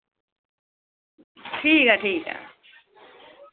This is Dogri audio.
ठीक ऐ ठीक ऐ